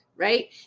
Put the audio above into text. Right